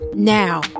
Now